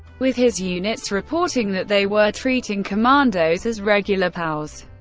with his units reporting that they were treating commandos as regular pows.